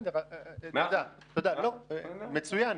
מצוין.